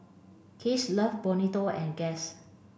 Kiehl's Love Bonito and Guess